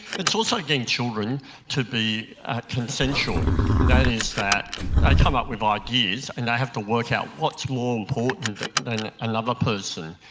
it's also getting children to be consensual and that is that they come up with ideas and they have to work out what's more important than another person.